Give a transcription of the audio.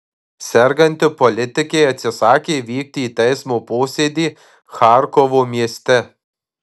serganti politikė atsisakė vykti į teismo posėdį charkovo mieste